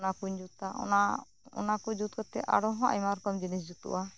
ᱚᱱᱟ ᱠᱩᱧ ᱡᱩᱛᱟ ᱚᱱᱟ ᱚᱱᱟᱠᱚ ᱡᱩᱛ ᱠᱟᱛᱮ ᱟᱨᱦᱚᱸ ᱟᱭᱢᱟ ᱨᱚᱠᱚᱢ ᱡᱤᱱᱤᱥ ᱡᱩᱛᱚᱜᱼᱟ